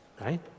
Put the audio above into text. right